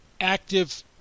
active